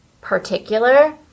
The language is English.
particular